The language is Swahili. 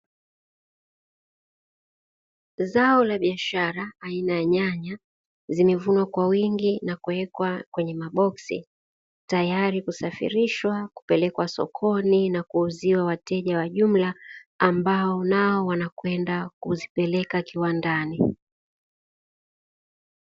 Zao la biashara aina ya nyanya, zimevunwa kwa wingi na kuwekwa kwenye maboksi, tayari kusafirishwa kupelekwa sokoni na kuuziwa wateja wa jumla, ambao nao wanakwenda kuzipeleka kiwandani.